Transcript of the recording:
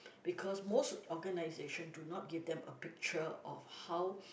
because most organisations do not give them a picture of how